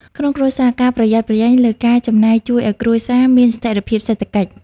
ក្នុងគ្រួសារ ការប្រយ័ត្នប្រយែងលើការចំណាយជួយឱ្យគ្រួសារមានស្ថិរភាពសេដ្ឋកិច្ច។